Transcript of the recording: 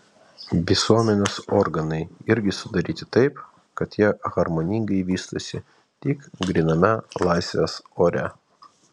visuomenės organai irgi sudaryti taip kad jie harmoningai vystosi tik gryname laisvės ore